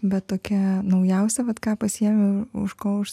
bet tokia naujausia vat ką pasiėmiau už ko už